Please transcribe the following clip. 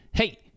Hey